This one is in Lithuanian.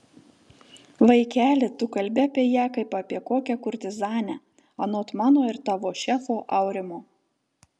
vaikeli tu kalbi apie ją kaip apie kokią kurtizanę anot mano ir tavo šefo aurimo